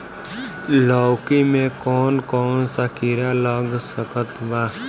लौकी मे कौन कौन सा कीड़ा लग सकता बा?